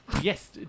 yes